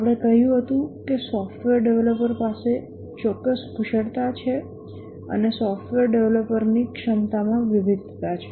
આપણે કહ્યું હતું કે સોફ્ટવેર ડેવલપર પાસે ચોક્કસ કુશળતા છે અને સોફ્ટવેર ડેવલપરની સક્ષમતામાં વિવિધતા છે